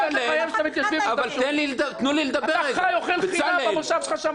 אתה אוכל חינם במושב שלך שם בגליל.